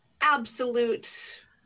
absolute